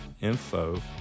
info